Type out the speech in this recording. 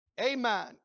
Amen